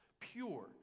pure